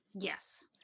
yes